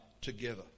together